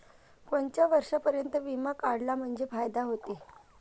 कोनच्या वर्षापर्यंत बिमा काढला म्हंजे फायदा व्हते?